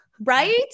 Right